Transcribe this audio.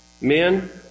Men